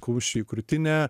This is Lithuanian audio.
kumščiu į krūtinę